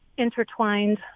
intertwined